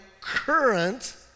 current